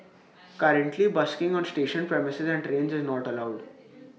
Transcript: currently busking on station premises and trains is not allowed